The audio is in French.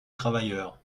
travailleurs